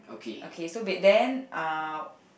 okay so back then uh